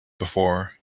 before